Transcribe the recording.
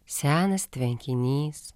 senas tvenkinys